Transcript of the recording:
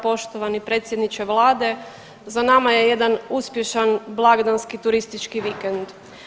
Poštovani predsjedniče Vlada za nama je jedan uspješan blagdanski turistički vikend.